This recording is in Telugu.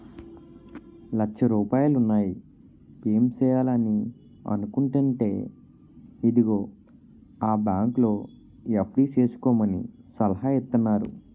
లచ్చ రూపాయలున్నాయి ఏం సెయ్యాలా అని అనుకుంటేంటే అదిగో ఆ బాంకులో ఎఫ్.డి సేసుకోమని సలహా ఇత్తన్నారు